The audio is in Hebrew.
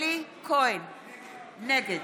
נגד